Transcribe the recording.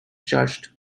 charged